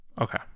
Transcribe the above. Okay